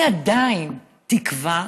אני עדיין מקווה